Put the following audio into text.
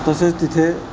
तसेच तिथे